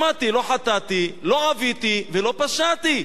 לא שמעתי, לא "חטאתי", לא "עוויתי" ולא "פשעתי".